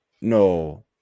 No